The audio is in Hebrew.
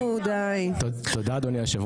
אוי נו די, אני אחזיק את עצמי.